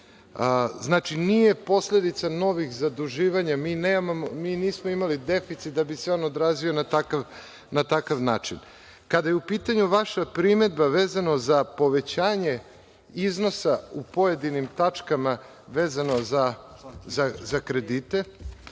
Znači, nije posledica novih zaduživanja. Mi nismo imali deficit da bi se on odrazio na takav način. Kada je u pitanju vaša primedba vezano za povećanje iznosa u pojedinim tačkama, vezano za kredite,